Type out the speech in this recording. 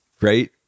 right